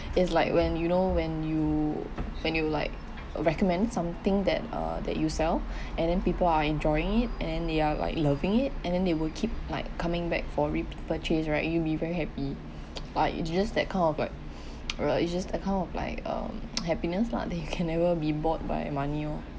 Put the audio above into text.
is like when you know when you when you like recommend something that uh that you sell and then people are enjoying it and then they are like loving it and then they will keep like coming back for repurchased right you'll be very happy like it's just that kind of like uh it's just that kind of like um happiness lah that you can never be bought by money oh